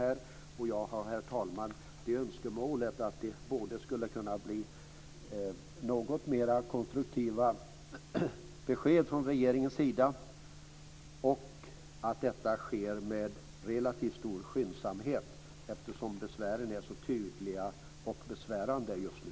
Jag önskar, herr talman, både att det skulle kunna bli något mer konstruktiva besked från regeringens sida och att detta sker med relativt stor skyndsamhet, eftersom besvären är så tydliga just nu.